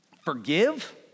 forgive